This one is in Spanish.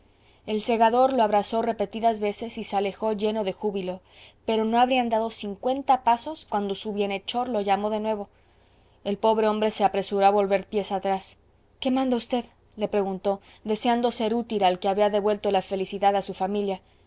el segador lo abrazó repetidas veces y se alejó lleno de júbilo pero no habría andado cincuenta pasos cuando su bienhechor lo llamó de nuevo el pobre hombre se apresuró a volver pies atrás qué manda v le preguntó deseando ser útil al que había devuelto la felicidad a su familia